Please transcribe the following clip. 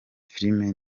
filime